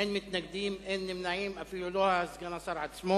אין מתנגדים, אין נמנעים, אפילו לא סגן השר עצמו.